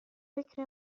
فکر